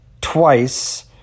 twice